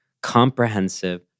comprehensive